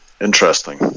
interesting